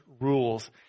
rules